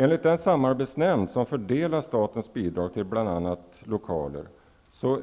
Enligt den samarbetsnämnd som fördelar statens bidrag till bl.a. lokaler